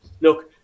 look